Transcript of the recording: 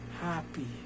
happy